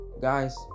guys